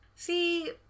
See